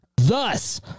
Thus